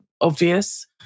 obvious